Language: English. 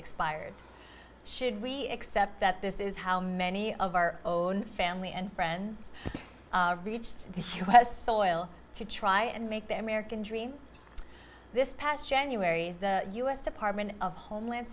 expired should we accept that this is how many of our own family and friends reached the u s soil to try and make them american dream this past january the u s department of homeland